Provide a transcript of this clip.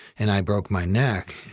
and i broke my neck.